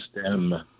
STEM